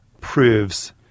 proves